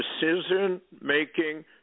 decision-making